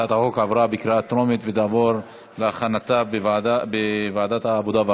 הצעת החוק התקבלה בקריאה טרומית ותועבר להכנתה בוועדת העבודה,